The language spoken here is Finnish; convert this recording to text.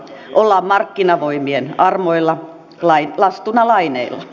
ollaan markkinavoimien armoilla lastuna laineilla